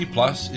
Plus